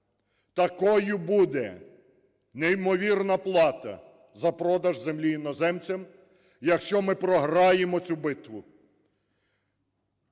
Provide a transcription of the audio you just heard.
Такою буде неймовірна плата за продаж землі іноземцям, якщо ми програємо цю битву: